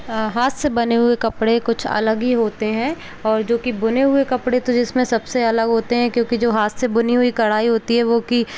हाथ से बने हुए कपड़े कुछ अलग ही होते हैं और जो की बुने हुए कपड़े तो जिसमें सबसे अलग होते हैं क्यों कि जो हाथ से बुनी हुई कढ़ाई होती है वो की